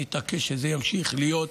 אני אתעקש שזה ימשיך להיות.